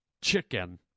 chicken